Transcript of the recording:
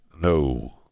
No